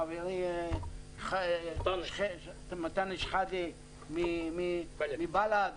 חברי אנטאנס שחאדה מבל"ד,